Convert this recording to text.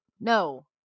No